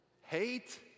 Hate